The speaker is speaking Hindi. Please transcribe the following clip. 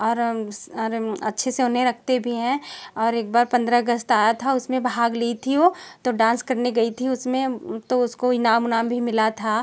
और और अच्छे से उन्हें रखते भी हैं और एक बार पंद्रह अगस्त आया था उसमें भाग ली थी वो तो डांस करने गई थी उसमें तो उसको इनाम विनाम भी मिला था